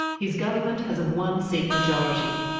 his government has a one-seat majority.